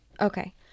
Okay